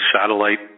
satellite